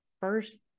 first